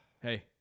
Hey